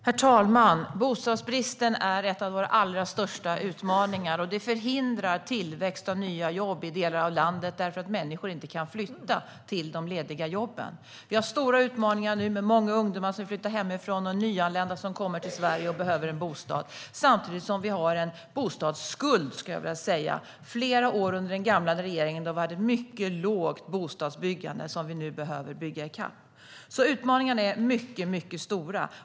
Herr talman! Bostadsbristen är en av våra allra största utmaningar. Den förhindrar tillväxt av nya jobb i delar av landet eftersom människor inte kan flytta till de lediga jobben. Vi har stora utmaningar med många ungdomar som vill flytta hemifrån och nyanlända till Sverige som behöver bostad. Samtidigt har vi en bostadsskuld. I flera år under den gamla regeringen hade vi ett mycket lågt bostadsbyggande, och nu behöver vi bygga i kapp. Utmaningarna är stora.